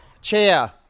Chair